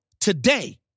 today